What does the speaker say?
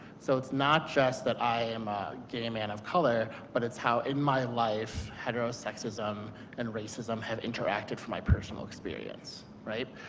so it's not just that i am a gay man of color but it's how in my life heterosexism and racism have interacted for my personal experience, right?